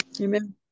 Amen